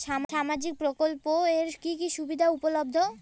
সামাজিক প্রকল্প এর কি কি সুবিধা উপলব্ধ?